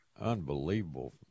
unbelievable